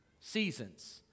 seasons